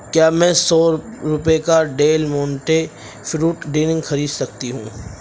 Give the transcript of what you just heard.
کیا میں سو روپئے کا ڈیل مونٹے فروٹ ڈرنک خرید سکتی ہوں